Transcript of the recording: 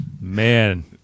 Man